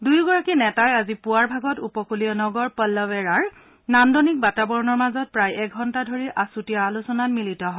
দুয়োগৰাকী নেতাই আজি পুৱাৰ ভাগত উপকূলীয় নগৰ পল্লৱএৰাৰ নান্দনিক বাতাবৰণৰ মাজত প্ৰায় এঘন্টা ধৰি আচুতীয়া আলোচনাত মিলিত হয়